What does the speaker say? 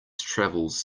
travels